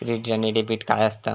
Credit आणि debit काय असता?